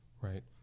right